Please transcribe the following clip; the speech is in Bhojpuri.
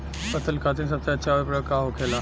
फसल खातीन सबसे अच्छा उर्वरक का होखेला?